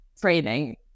training